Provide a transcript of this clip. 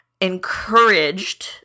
encouraged